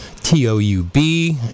TOUB